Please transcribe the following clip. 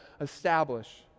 establish